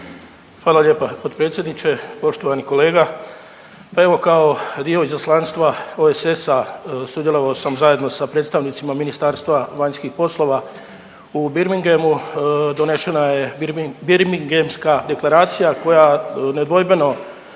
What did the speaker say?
Hvala lijepa potpredsjedniče. Poštovani kolega, pa evo kao dio izaslanstva OESS-a sudjelovao sam zajedno sa predstavnicima Ministarstva vanjskih poslova u Birminghamu, donešena je Birmingemska deklaracija koja nedvojbeno